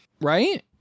right